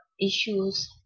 issues